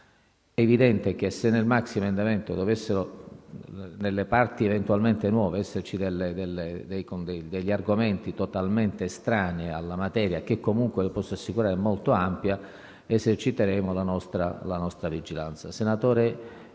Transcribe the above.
È evidente che, se nel maxiemendamento dovessero, nelle parti eventualmente nuove, esserci degli argomenti totalmente estranei alla materia, che comunque - le posso assicurare - è molto ampia, eserciteremo la nostra vigilanza.